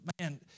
man